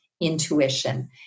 intuition